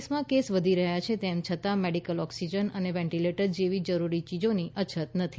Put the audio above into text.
દેશમાં કેસ વધી રહ્યા છે તેમ છતાં મેડિકલ ઓક્સિજન અને વેન્ટિલેટર જેવી જરૂરી ચીજોની અછત નથી